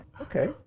Okay